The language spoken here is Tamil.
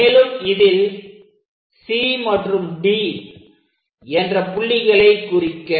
மேலும் இதில் C மற்றும் D என்ற புள்ளிகளை குறிக்க